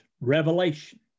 revelation